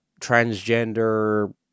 transgender